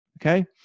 okay